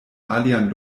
alian